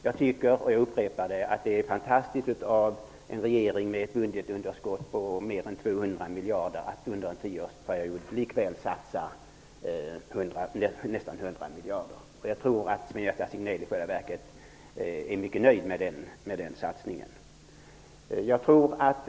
Jag vill upprepa att jag tycker att det är fantastiskt att en regering med ett budgetunderskott på mer än 200 miljarder över en tioårsperiod likväl satsar nästan 100 miljarder. Jag tror att Sven-Gösta Signell i själva verket är mycket nöjd med den satsningen.